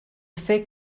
fait